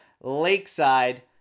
lakeside